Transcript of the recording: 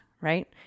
Right